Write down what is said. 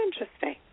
interesting